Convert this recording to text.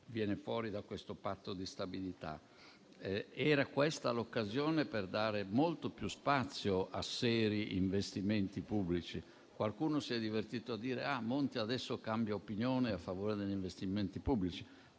viene fuori da questo Patto di stabilità. Era questa l'occasione per dare molto più spazio a seri investimenti pubblici. Qualcuno si è divertito a dire: «Ah, Monti adesso cambia opinione a favore degli investimenti pubblici?».